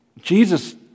Jesus